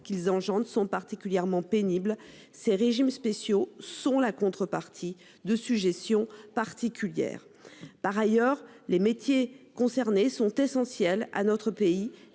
qu'elles engendrent, sont particulièrement pénibles. Les régimes spéciaux sont la contrepartie de sujétions particulières. Par ailleurs, les métiers concernés sont essentiels à notre pays